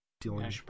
Dealing